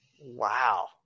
Wow